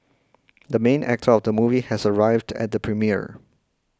the main actor of the movie has arrived at the premiere